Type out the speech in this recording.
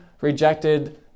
rejected